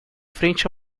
frente